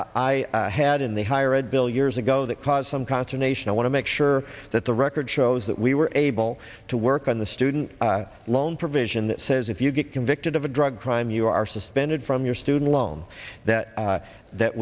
add in the higher ed bill years ago that caused some consternation i want to make sure that the record shows that we were able to work on the student loan provision that says if you get convicted of a drug crime you are suspended from your student loan that that